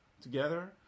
together